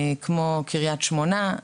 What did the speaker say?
קרית שמונה.